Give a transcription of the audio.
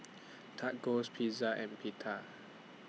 Tacos Pizza and Pita